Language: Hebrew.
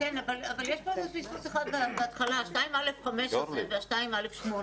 אבל יש פה איזה פספוס אחד בהתחלה, (2א5) ו-(2א8),